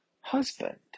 husband